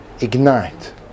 ignite